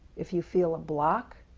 if you feel a block,